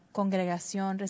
congregación